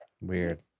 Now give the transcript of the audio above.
weird